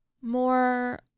more